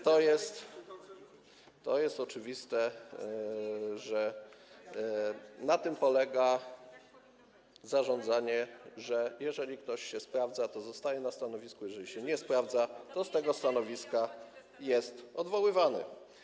To jest oczywiste, na tym polega zarządzanie, że jeżeli ktoś się sprawdza, to zostaje na stanowisku, jeżeli się nie sprawdza, to z tego stanowiska jest odwoływany.